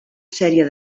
sèrie